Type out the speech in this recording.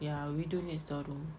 ya we do need store room